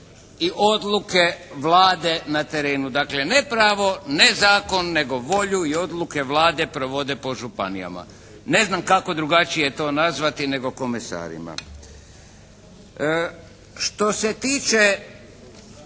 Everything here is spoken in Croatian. i odluke Vlade na terenu. Dakle ne pravo, ne zakon, nego volju i odluke Vlade provode po županijama. Ne znam kako drugačije to nazvati, nego komesarima. Što se tiče